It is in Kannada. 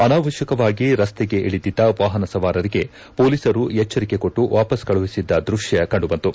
ಅನಾವಶ್ಯಕವಾಗಿ ರಸ್ತೆಗೆ ಇಳಿದಿದ್ದ ವಾಹನ ಸವಾರರಿಗೆ ಪೊಲೀಸರು ಎಚ್ಚರಿಕೆ ಕೊಟ್ಟು ವಾಪಸ್ ಕಳುಹಿಸಿದ್ದ ದೃಶ್ಯ ಕಂದು ಬಂತು